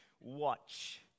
watch